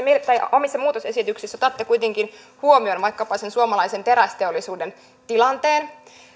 omissa muutosesityksissänne otatte kuitenkin huomioon vaikkapa sen suomalaisen terästeollisuuden tilanteen